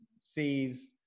sees